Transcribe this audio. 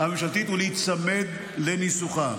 ולהיצמד לניסוחה.